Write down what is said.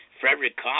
Frederick